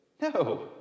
no